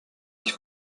ich